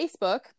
Facebook